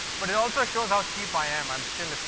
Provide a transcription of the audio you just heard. but it also shows how cheap i am. i'm still,